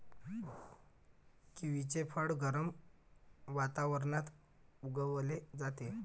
किवीचे फळ गरम वातावरणात उगवले जाते